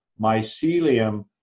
mycelium